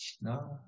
No